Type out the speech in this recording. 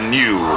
new